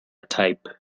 type